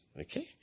Okay